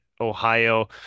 ohio